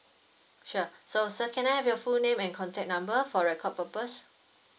sure so sir can I have your full name and contact number for record purpose